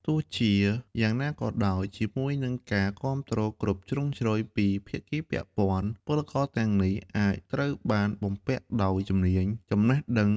ទោះជាយ៉ាងណាក៏ដោយ ជាមួយនឹងការគាំទ្រគ្រប់ជ្រុងជ្រោយពីភាគីពាក់ព័ន្ធ ពលករទាំងនេះអាចត្រូវបានបំពាក់ដោយជំនាញ ចំណេះដឹង និងដើមទុនចាំបាច់ ។